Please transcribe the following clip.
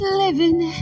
living